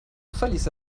verließ